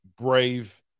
brave